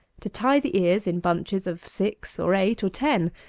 to tie the ears in bunches of six or eight or ten,